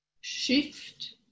shift